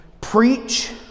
Preach